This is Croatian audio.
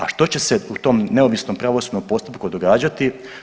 A što će se u tom neovisnom pravosudnom postupku događati?